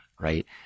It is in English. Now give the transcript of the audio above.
right